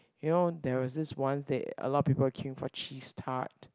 you know there was this one that a lot of people queue for cheese tart